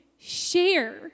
share